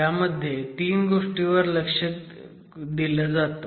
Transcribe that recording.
ह्यामध्ये 3 गोष्टींवर लक्ष दिलं जातं